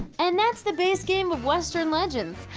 and that's the base game of western legends.